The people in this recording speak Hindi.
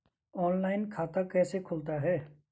ऑनलाइन खाता कैसे खुलता है?